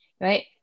right